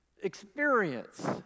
experience